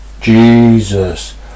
Jesus